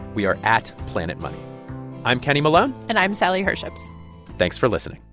we are at planetmoney. i'm kenny malone and i'm sally herships thanks for listening